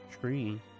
tree